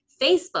Facebook